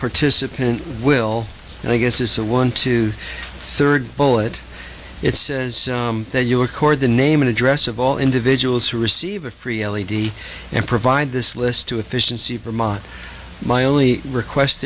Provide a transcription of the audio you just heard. participant will and i guess is a one two third bullet it says that you record the name and address of all individuals who receive a free l e d and provide this list to efficiency vermont my only request